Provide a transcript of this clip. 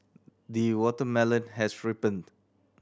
the watermelon has ripened